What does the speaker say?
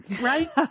right